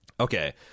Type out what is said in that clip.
Okay